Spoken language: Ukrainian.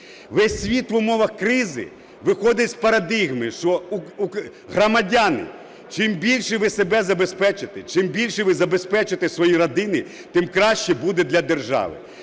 весь світ в умовах кризи виходить з парадигми, що, громадяни, чим більше ви себе забезпечите, чим більше ви забезпечите свої родини, тим краще буде для держави.